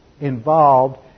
involved